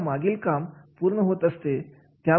जेव्हा मागील काम पूर्ण होत असते